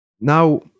now